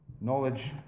Knowledge